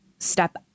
step